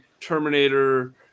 terminator